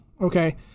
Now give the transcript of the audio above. okay